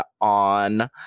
on